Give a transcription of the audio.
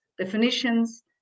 definitions